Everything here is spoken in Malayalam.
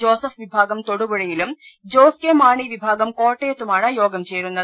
ജോസഫ് വിഭാഗം തൊടുപുഴയിലും ജോസ് കെ മാണി വിഭാഗം കോട്ടയത്തുമാണ് യോഗം ചേരുന്നത്